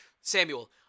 Samuel